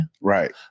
Right